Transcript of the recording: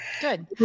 Good